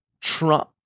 Trump